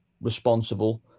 responsible